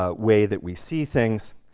ah way that we see things,